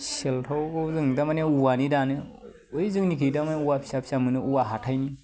सेलथावखौ जों दा माने औवानि दानो ओइ जोंनिखै दा माने औवा फिसा फिसा मोनो औवा हाथाइनि